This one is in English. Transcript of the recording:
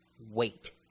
wait